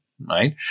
Right